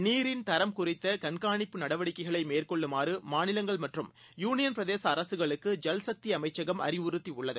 நீரின் தரம் குறித்தகண்காணிப்பு நடவடிக்கைகளைமேற்கொள்ளுமாறுமாநிலங்கள் மற்றும் யூனியன்பிரதேசஅரசுகளுக்கு ஜல்சக்திஅமைச்சகம் அறிவுறுத்திஉள்ளது